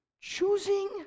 Choosing